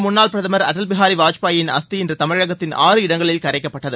மறைந்த முன்னாள் பிரதமர் அடல் பிஹாரி வாஜ்பாயின் அஸ்தி இன்று தமிழகத்தின் ஆறு இடங்களில் கரைக்கப்பட்டது